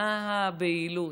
מה הבהילות?